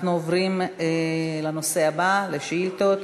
אנחנו עוברים לנושא הבא, לשאילתות.